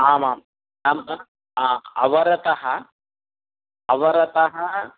आमां नाम अवरतः अवरतः